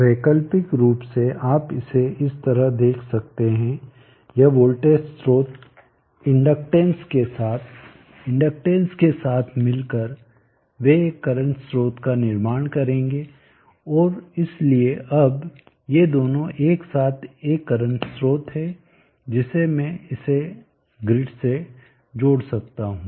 वैकल्पिक रूप से आप इसे इस तरह देख सकते हैं यह वोल्टेज स्रोत इंडक्टेंस के साथ इंडक्टेंस के साथ मिलकर वे एक करंट स्रोत का निर्माण करेंगे और इसलिए अब ये दोनों एक साथ एक करंट स्रोत है जिसे मैं इसे ग्रिड से जोड़ सकता हूं